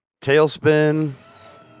Tailspin